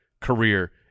career